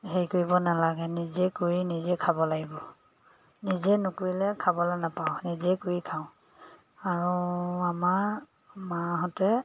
হেৰি কৰিব নালাগে নিজে কৰি নিজে খাব লাগিব নিজে নকৰিলে খাবলৈ নাপাওঁ নিজে কৰি খাওঁ আৰু আমাৰ মাহঁতে